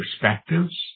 perspectives